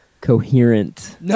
coherent